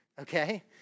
okay